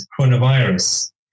coronavirus